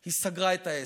היא סגרה את העסק.